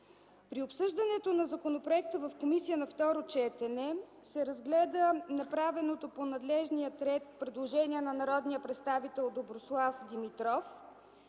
При обсъждането на законопроекта в комисията на второ четене се разгледа направеното по надлежния ред предложение на народния представител Доброслав Димитров,